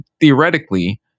theoretically